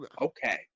Okay